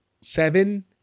seven